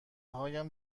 هایم